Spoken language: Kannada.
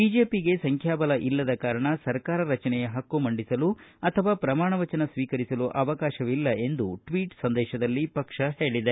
ಬಿಜೆಪಿಗೆ ಸಂಖ್ಯಾಬಲ ಇಲ್ಲದ ಕಾರಣ ಸರ್ಕಾರ ರಚನೆಯಹಕ್ಕು ಮಂಡಿಸಲು ಅಥವಾ ಪ್ರಮಾಣವಚನ ಸ್ವೀಕರಿಸಲು ಅವಕಾಶವಿಲ್ಲ ಎಂದು ಟ್ವೀಟ್ ಸಂದೇಶದಲ್ಲಿ ಪಕ್ಷ ಹೇಳಿದೆ